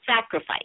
Sacrifice